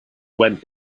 went